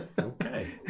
Okay